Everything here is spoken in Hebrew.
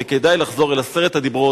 וכדאי לחזור אל עשרת הדיברות,